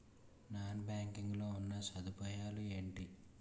Non banking లో ఉన్నా సదుపాయాలు ఎంటి?